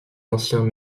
anciens